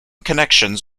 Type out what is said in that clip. connections